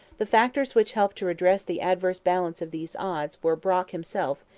the factors which helped to redress the adverse balance of these odds were brock himself,